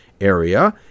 area